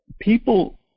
people